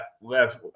left